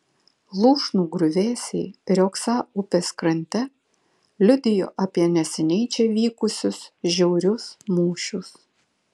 lūšnų griuvėsiai riogsą upės krante liudijo apie neseniai čia vykusius žiaurius mūšius